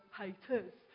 haters